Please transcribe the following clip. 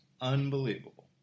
Unbelievable